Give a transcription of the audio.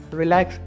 relax